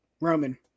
Roman